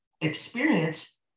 experience